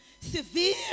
severe